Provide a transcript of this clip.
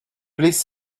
please